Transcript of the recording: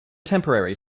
temporary